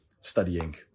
studying